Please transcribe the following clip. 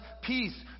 peace